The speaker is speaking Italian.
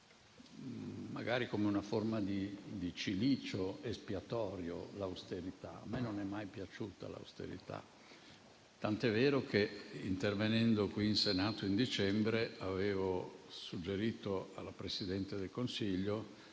magari come una forma di cilicio espiatorio, l'austerità, mentre a me non è mai piaciuta, tant'è vero che, intervenendo in Senato a dicembre, avevo suggerito alla Presidente del Consiglio,